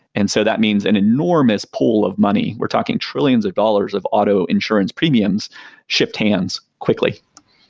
and so that means an enormous pool of money, we're talking trillions of dollars of auto insurance premiums shift hands quickly